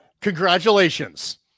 Congratulations